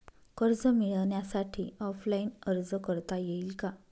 कर्ज मिळण्यासाठी ऑफलाईन अर्ज करता येईल का?